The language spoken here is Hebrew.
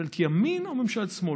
ממשלת ימין או ממשלת שמאל?